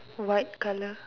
white colour